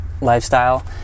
lifestyle